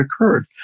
occurred